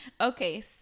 Okay